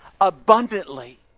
abundantly